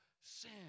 sin